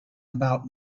about